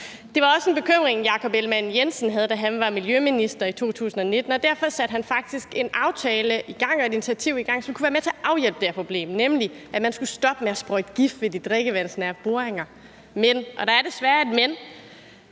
var også en bekymring, Jakob Ellemann-Jensen havde, da han var miljøminister i 2019, og derfor lavede han faktisk en aftale og satte et initiativ i gang, som kunne være med til afhjælpe det her problem, nemlig at man skulle stoppe med at sprøjte med gift ved de drikkevandsnære boringer. Men, og der er desværre et »men«,